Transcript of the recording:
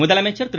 முதலமைச்சர் திரு